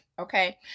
Okay